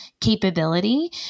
capability